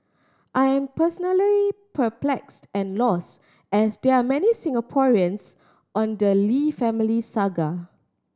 I am personally perplexed and lost as they are many Singaporeans on the Lee family saga